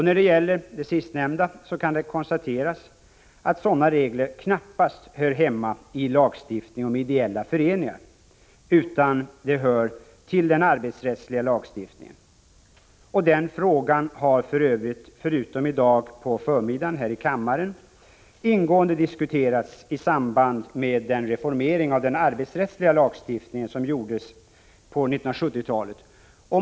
När det gäller det sistnämnda kan det konstateras att sådana regler knappast hör hemma i lagstiftning om ideella föreningar, utan de hör till den arbetsrättsliga lagstiftningen. Frågan har, förutom på förmiddagen här i kammaren, ingående diskuterats i samband med reformeringen av den arbetsrättsliga lagstiftningen på 1970-talet.